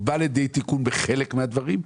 זה בא לידי תיקון בחלק מהדברים,